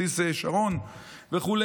בסיס שרון וכו',